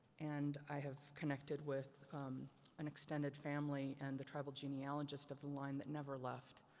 and, i have connected with an extended family and the tribal genealogist of the line that never left.